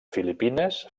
filipines